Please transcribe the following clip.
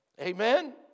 Amen